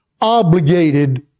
obligated